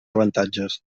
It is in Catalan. avantatges